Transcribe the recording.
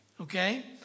okay